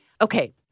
Okay